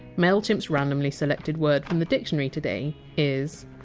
mailchimp! s randomly selected word from the dictionary today is!